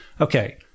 Okay